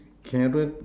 cupboard